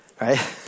right